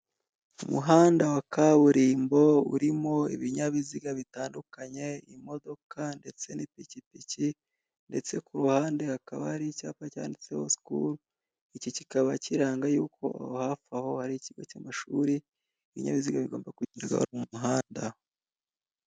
Umuhanda wa kaburimbo urimo ibinyabiziga bitandukanye, imodoka ndetse n'ipikipiki ndetse ku ruhande hakaba hari icyapa cyanditseho " School," icyo kikaba kiranga yuko hafi aho hari ikigo cy'amashuri, ibinyabiziga bigomba kuva mu muhanda.